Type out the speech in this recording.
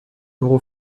euro